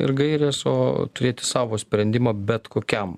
ir gairės o turėti savo sprendimą bet kokiam